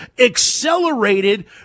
accelerated